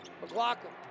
McLaughlin